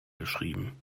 geschrieben